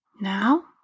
Now